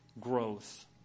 growth